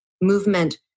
movement